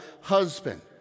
husband